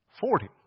Forty